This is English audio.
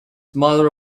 mother